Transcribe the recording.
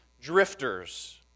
drifters